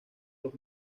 los